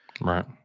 right